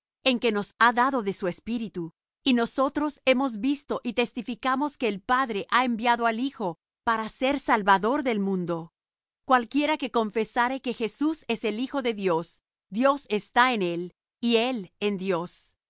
en que nos ha dado de su espíritu y nosotros hemos visto y testificamos que el padre ha enviado al hijo para ser salvador del mundo cualquiera que confesare que jesús es el hijo de dios dios está en él y él en dios